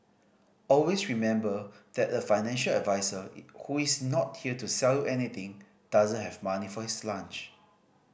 always remember that the financial advisor who is not here to sell anything doesn't have money for his lunch